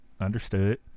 understood